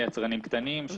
ליצרנים קטנים,